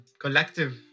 collective